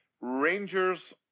Rangers